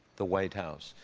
the white house,